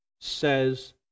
says